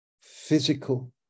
physical